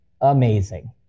amazing